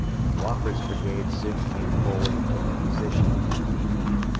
and wofford's brigade soon came forward and took the position de.